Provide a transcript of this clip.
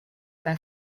their